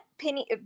Penny